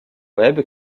web